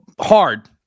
hard